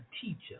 teacher